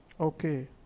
Okay